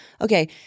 Okay